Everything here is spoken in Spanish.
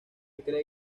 cree